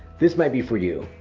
this might be for you.